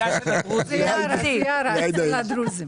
אצל הדרוזים.